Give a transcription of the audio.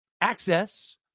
access